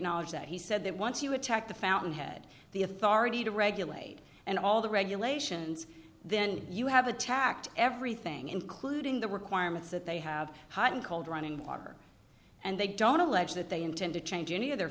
acknowledge that he said that once you attack the fountainhead the authority to regulate and all the regulations then you have attacked everything including the requirements that they have hot and cold running water and they don't allege that they intend to change any of their